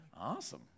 Awesome